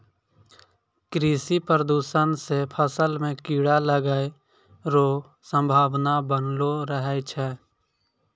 कृषि प्रदूषण से फसल मे कीड़ा लागै रो संभावना वनलो रहै छै